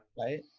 right